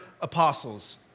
apostles